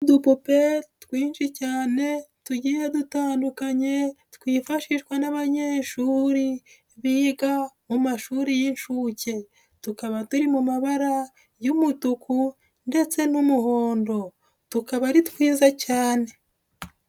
Udupupe twinshi cyane tugiye dutandukanye, twifashishwa n'abanyeshuri biga mu mashuri y'inshuke. Tukaba turi mu mabara y'umutuku ndetse n'umuhondo. Tukaba ari twiza cyane.